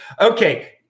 Okay